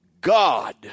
God